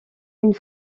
une